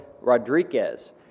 Rodriguez